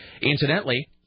Incidentally